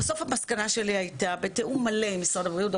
בסוף המסקנה שלי הייתה בתיאום מלא עם משרד הבריאות.